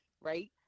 Right